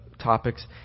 topics